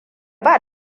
ba